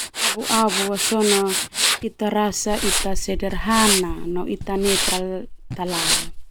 Abu-abu sona ita rasa ita sederhana no ita netral talalu.